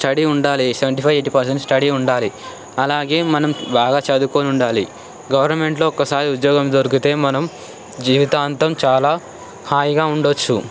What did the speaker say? study ఉండాలే seventy five eighty percent study ఉండాలి అలాగే మనం బాగా చదువుకొని ఉండాలి గవర్నమెంట్లో ఒకసారి ఉద్యోగం దొరికితే మనం జీవితాంతం చాలా హాయిగా ఉండవచ్చు